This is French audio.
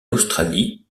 australie